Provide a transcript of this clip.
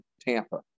Tampa